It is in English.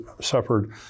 suffered